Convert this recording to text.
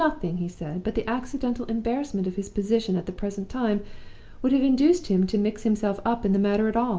nothing, he said, but the accidental embarrassment of his position at the present time would have induced him to mix himself up in the matter at all.